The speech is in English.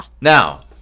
Now